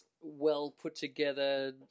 well-put-together